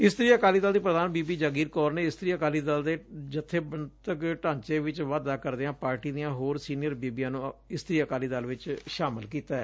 ਇਸਤਰੀ ਅਕਾਲੀ ਦਲ ਦੀ ਪੁਧਾਨ ਬੀਬੀ ਜਗੀਰ ਕੌਰ ਨੇ ਇਸਤਰੀ ਅਕਾਲੀ ਦਲ ਦੇ ਜਬੇਬੰਦਕ ਢਾਂਚੇ ਵਿੱਚ ਵਾਧਾ ਕਰਦਿਆਂ ਪਾਰਟੀ ਦੀਆਂ ਹੋਰ ਸੀਨੀਅਰ ਬੀਬੀਆਂ ਨੂੰ ਇਸਤਰੀ ਅਕਾਲੀ ਦਲ ਵਿੱਚ ਸ਼ਾਮਲ ਕੀਤੈ